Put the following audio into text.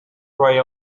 try